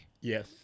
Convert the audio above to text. Yes